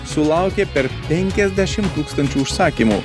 sulaukė per penkiasdešim tūkstančių užsakymų